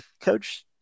Coach